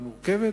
היא מורכבת,